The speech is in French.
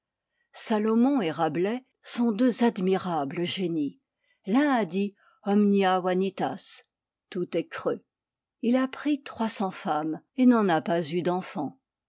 salomon et rabelais sont deux admirables génies l'un a dit omnia vanitas tout est creux il a pris trois cents femmes et n'en a pas eu d'enfant